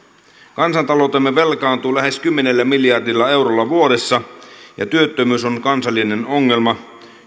kansantaloutemme velkaantuu lähes kymmenellä miljardilla eurolla vuodessa ja työttömyys on kansallinen ongelma